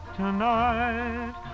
tonight